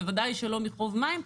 ודאי שלא מחוב מים,